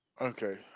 Okay